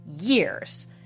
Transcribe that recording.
years